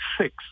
six